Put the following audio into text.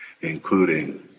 including